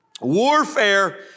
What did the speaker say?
warfare